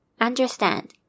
understand